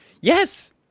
Yes